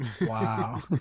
Wow